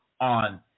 on